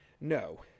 No